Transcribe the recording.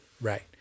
right